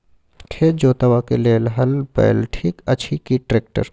खेत जोतबाक लेल हल बैल ठीक अछि की ट्रैक्टर?